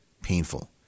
painful